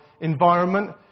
environment